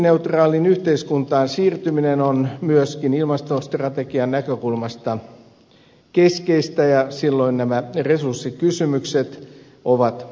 hiilineutraaliin yhteiskuntaan siirtyminen on myöskin ilmastostrategian näkökulmasta keskeistä ja silloin nämä resurssikysymykset ovat tärkeitä